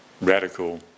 radical